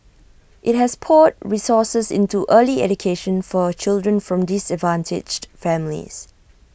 IT has poured resources into early education for children from disadvantaged families